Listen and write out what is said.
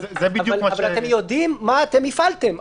אתם יודעים מה הפעלתם.